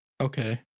okay